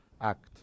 act